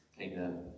Amen